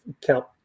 count